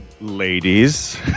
ladies